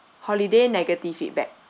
holiday negative feedback